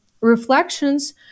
reflections